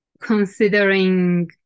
considering